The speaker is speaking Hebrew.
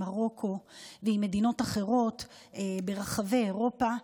מרוקו ועם מדינות אחרות ברחבי אירופה.